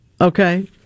Okay